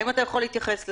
האם אתה יכול להתייחס לזה?